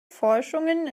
forschungen